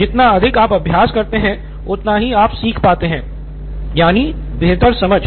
जितना अधिक आप अभ्यास करते हैं उतना ही आप सीख पाते हैं नितिन कुरियन यानि बेहतर समझ